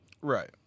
Right